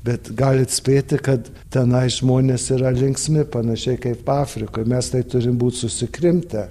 bet galit spėti kad tenai žmonės yra linksmi panašiai kaip afrikoj mes tai turim būt susikrimtę